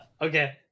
okay